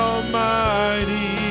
Almighty